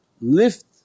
lift